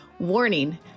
Warning